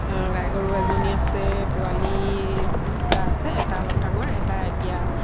গাই গৰু এজনী আছে পোৱালি দুটা আছে এটা অলপ ডাঙৰ এটা এতিয়া